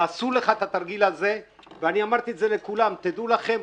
ועשו לך את התרגיל הזה ואני אמרתי את זה לכולם: תדעו לכם,